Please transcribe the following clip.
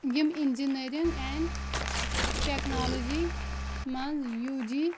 یِم engineering and technology منٛز U جی